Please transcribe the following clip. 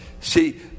see